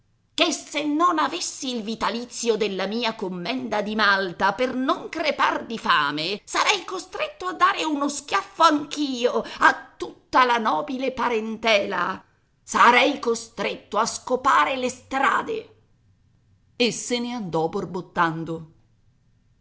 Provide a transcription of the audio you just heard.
che se non avessi il vitalizio della mia commenda di malta per non crepare di fame sarei costretto a dare uno schiaffo anch'io a tutta la nobile parentela sarei costretto a scopar le strade e se ne andò borbottando